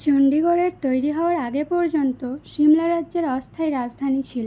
চণ্ডীগড়ের তৈরি হওয়ার আগে পর্যন্ত সিমলা রাজ্যের অস্থায়ী রাজধানী ছিল